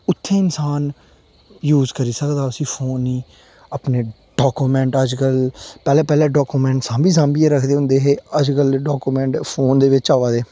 उ'त्थें इंसान यूज़ करी सकदा उसी फोन ई अपने डॉक्यूमेंट अज्जकल पैह्लें पैह्लें डॉक्यूमेंट सांभी सांभियै रखदे होंदे हे अज्जकल डॉक्यूमेंट फोन दे बिच आवा दे